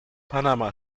panama